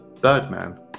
Birdman